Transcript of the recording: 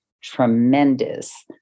tremendous